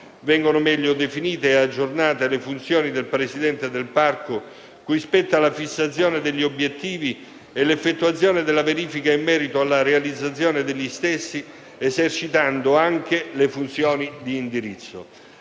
Vengono meglio definite e aggiornate le funzioni del presidente del parco, cui spetta la fissazione degli obiettivi e l'effettuazione della verifica in merito alla realizzazione degli stessi, esercitando anche le funzioni di indirizzo.